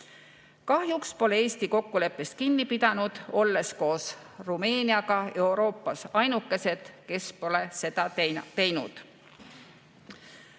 Kahjuks pole Eesti kokkuleppest kinni pidanud, olles koos Rumeeniaga Euroopas ainukesed, kes pole seda teinud.